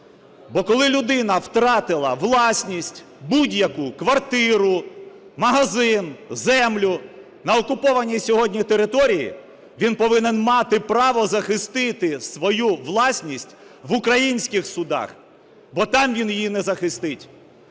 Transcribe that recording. бо коли людина втратила власність, будь-яку – квартиру, магазин, землю на окупованій сьогодні території, вона повинна мати право захистити свою власність в українських судах, бо там вона її не захистить.